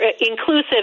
inclusive